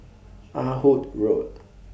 Ah Hood Road